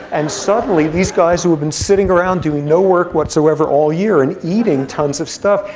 and suddenly, these guys who have been sitting around doing no work whatsoever all year and eating tons of stuff,